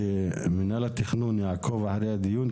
שמינהל התכנון יעקוב אחרי הדיון,